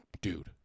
dude